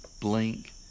blink